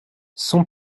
son